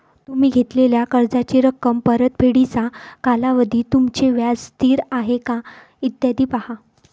तुम्ही घेतलेल्या कर्जाची रक्कम, परतफेडीचा कालावधी, तुमचे व्याज स्थिर आहे का, इत्यादी पहा